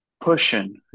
Pushing